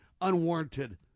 unwarranted